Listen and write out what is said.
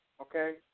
okay